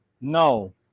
No